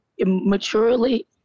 Maturely